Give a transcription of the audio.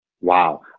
Wow